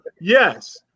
yes